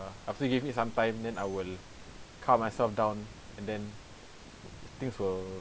uh after give me some time then I will calm myself down and then things will